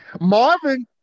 Marvin